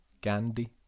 Gandhi